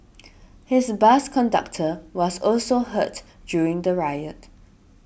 his bus conductor was also hurt during the riot